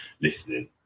listening